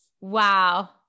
Wow